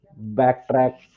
backtrack